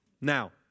Now